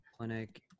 Clinic